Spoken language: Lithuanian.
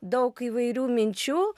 daug įvairių minčių